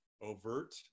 overt